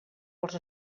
els